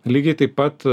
lygiai taip pat